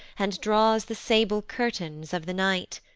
and draws the sable curtains of the night,